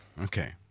Okay